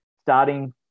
starting